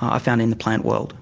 are found in the plant world.